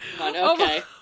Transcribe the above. okay